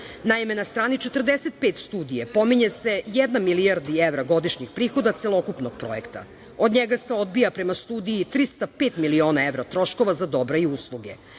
Naime, na strani 45 studije pominje se jedna milijarda evra godišnjih prihoda celokupnog projekta, od njega se odbija, prema studiji 305 miliona evra troškova za dobra i usluge.